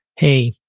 hey,